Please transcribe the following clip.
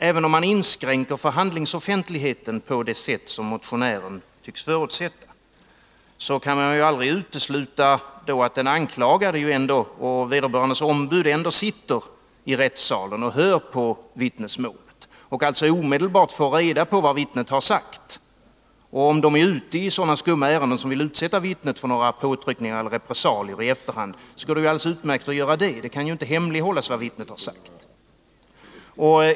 Även om man inskränker förhandlingsoffentligheten på det sätt som motionären tycks förutsätta, kan man aldrig utesluta att den anklagade och vederbörandes ombud ändå sitter i rättssalen och hör vittnesmålet och alltså omedelbart får reda på vad vittnet har uppgivit. Och om de är ute i så skumma ärenden att de vill utsätta vittnet för påtryckningar eller repressalier i efterhand går det alldeles utmärkt för dem att göra det. Det kan inte hemlighållas vad vittnet har sagt.